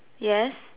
yes